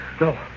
No